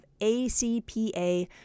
ACPA